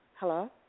Hello